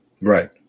Right